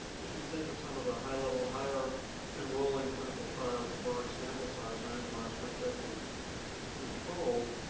if you think of some of the high level higher enrolling clinical trials with large sample size randomized perspective controlled,